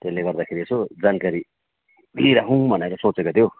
त्यसले गर्दाखेरि यसो जानकारी लिइराखूँ भनेर सोचेको थिएँ हौ